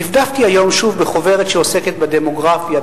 דפדפתי היום שוב בחוברת שעוסקת בדמוגרפיה,